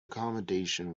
accommodation